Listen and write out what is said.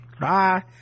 Bye